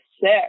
sick